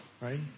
Right